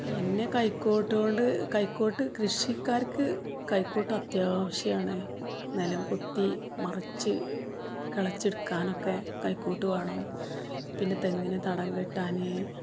പിന്നെ കൈക്കോട്ടുകൊണ്ട് കൈക്കോട്ട് കൃഷിക്കാർക്ക് കൈക്കോട്ട് അത്യാവശ്യമാണ് നിലം കൊത്തി മറിച്ച് കിളച്ചെടുക്കാനൊക്കെ കൈക്കോട്ട് വേണം പിന്നെ തെങ്ങിന് തടം കെട്ടാൻ